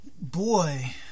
boy